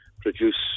produce